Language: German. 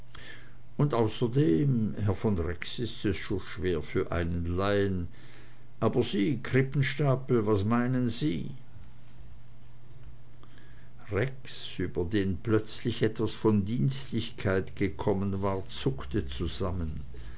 und außerdem herr von rex ist es so schwer für einen laien aber sie krippenstapel was meinen sie rex über den plötzlich etwas von dienstlichkeit gekommen war zuckte zusammen